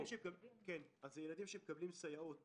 ילדים שמקבלים סייעות